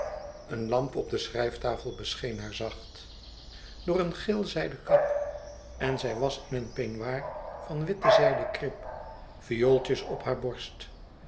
een lamp op de schrijftafel bescheen haar zacht door een geel zijden kap en zij was in een peignoir van witte zijden krip viooltjes op hare borst